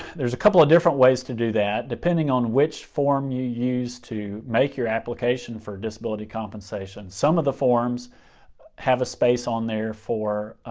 there's a couple of different ways to do that depending on which form you use to make your application for disability compensation. some of the forms have a space on there for